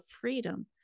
freedom